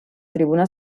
tribuna